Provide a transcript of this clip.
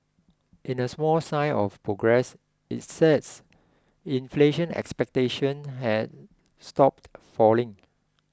in a small sign of progress it said inflation expectations had stopped falling